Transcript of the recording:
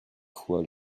fois